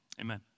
Amen